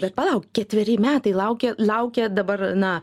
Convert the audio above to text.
bet palauk ketveri metai laukia laukia dabar na